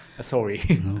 Sorry